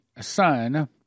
son